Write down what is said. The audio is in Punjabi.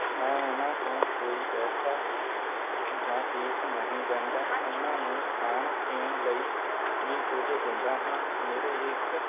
ਮੈਂ ਉਨ੍ਹਾਂ ਤੋਂ ਕੋਈ ਪੈਸਾ ਜਾਂ ਫੀਸ ਨਹੀਂ ਲੈਂਦਾ ਉਹਨਾਂ ਨੂੰ ਖਾਣ ਪੀਣ ਲਈ ਵੀ ਕੁਝ ਦਿੰਦਾ ਹਾਂ ਮੇਰੇ ਇੱਕ